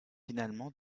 finalement